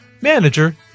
Manager